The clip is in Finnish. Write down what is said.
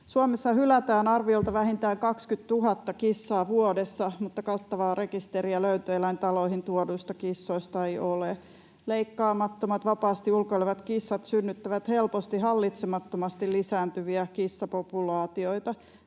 Suomessa hylätään arviolta vähintään 20 000 kissaa vuodessa, mutta kattavaa rekisteriä löytöeläintaloihin tuoduista kissoista ei ole. Leikkaamattomat, vapaasti ulkoilevat kissat synnyttävät helposti hallitsemattomasti lisääntyviä kissapopulaatioita.